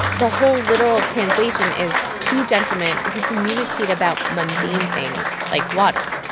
the whole literal translation is two gentlemen who communicate about mundane things like water